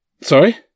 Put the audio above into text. Sorry